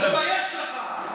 תתבייש לך.